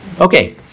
Okay